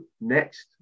next